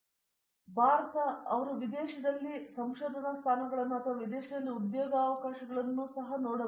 ವಿಶ್ವನಾಥನ್ ಭಾರತ ಅವರು ವಿದೇಶದಲ್ಲಿ ಸಂಶೋಧನಾ ಸ್ಥಾನಗಳನ್ನು ಅಥವಾ ವಿದೇಶದಲ್ಲಿ ಉದ್ಯೋಗಾವಕಾಶವನ್ನು ಮಾತ್ರ ನೋಡಬೇಕು